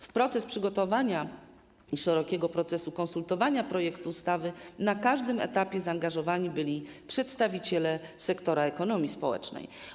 W proces przygotowania i szerokiego procesu konsultowania projektu ustawy na każdym etapie zaangażowani byli przedstawiciele sektora ekonomii społecznej.